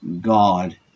God